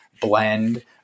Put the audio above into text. Blend